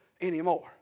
anymore